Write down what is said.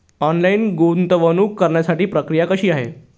Online गुंतवणूक करण्यासाठी प्रक्रिया कशी आहे?